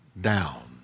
down